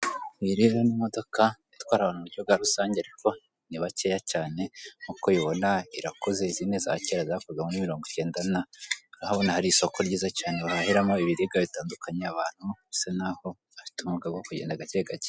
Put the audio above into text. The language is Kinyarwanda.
Iyi rero ni imodoka itwara abantu mu buryo bwa rusange, ariko ni bakeya cyane nkuko ubibona irakuze izi ni izakera zakozwe muri mirongo icyenda na, urahabona hari isoko ryiza cyane bahahiramo ibiribwa bitandukanyekanye, abantu bisa naho bafite ubumuga bwo kugenda gake gake.